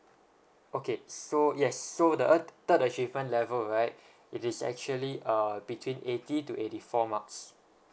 okay so yes so the third third achievement level right it is actually err between eighty to eighty four marks